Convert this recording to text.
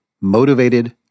motivated